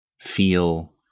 feel